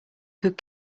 could